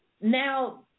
now